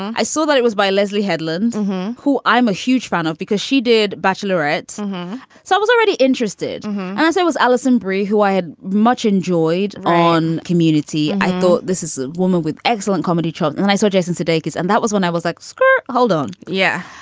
i saw that it was by leslie hedlund who i'm a huge fan of because she did bachelorette so i was already interested as i was. allison aubrey who i had much enjoyed on community i thought this is a woman with excellent comedy children and i saw jason sudeikis and that was when i was like squirt. hold on. yeah.